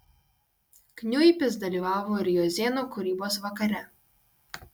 kniuipis dalyvavo ir jozėno kūrybos vakare